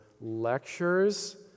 lectures